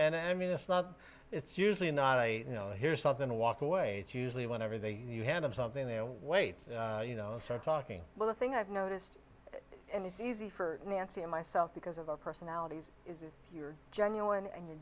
and i mean it's not it's usually not i you know here's something to walk away it's usually when everything you hand them something their weight you know start talking well the thing i've noticed and it's easy for nancy and myself because of our personalities is if you're genuine and you're